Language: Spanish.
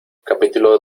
capítulo